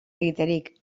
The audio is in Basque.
egiterik